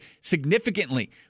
significantly